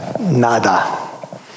Nada